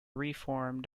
reformed